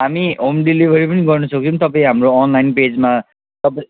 हामी home delivery पनि गर्नुसक्छौँ तपाईँ हाम्रो अनलाइन पेजमा